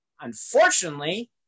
Unfortunately